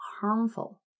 harmful